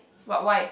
but why